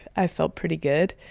i felt pretty good